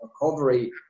recovery